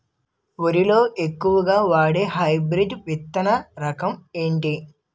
వరి లో ఎక్కువుగా వాడే హైబ్రిడ్ విత్తన రకం ఏంటి?